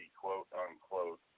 quote-unquote